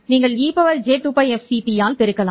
நீங்கள் ej2Лfct ஆல் பெருக்கலாம்